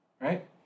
Right